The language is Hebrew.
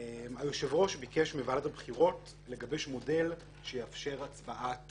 היושב-ראש ביקש מוועדת הבחירות לגבש מודל שיאפשר הצבעת